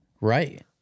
Right